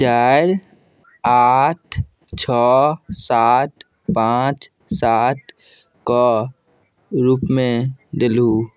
चारि आठ छओ सात पाँच सात कऽ रूपमे देलहुँ